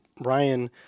Ryan